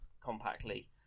compactly